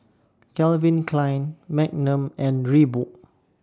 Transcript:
Calvin Klein Magnum and Reebok